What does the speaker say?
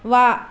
ವಾ